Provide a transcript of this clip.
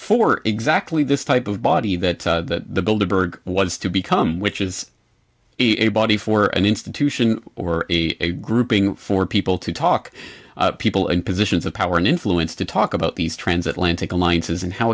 for exactly this type of body that the builder berg was to become which is a body for an institution or a grouping for people to talk people in positions of power and influence to talk about these transatlantic alliances and how